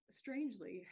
strangely